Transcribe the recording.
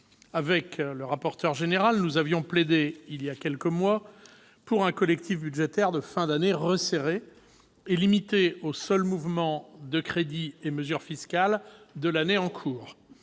Avec le rapporteur général, j'avais plaidé, il y a quelques mois, pour un collectif budgétaire de fin d'année resserré, limité aux seuls mouvements de crédits et mesures fiscales de l'année en cours,